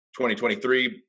2023